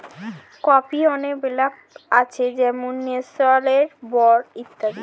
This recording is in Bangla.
কফির অনেক ব্র্যান্ড আছে যেমন নেসলে, ব্রু ইত্যাদি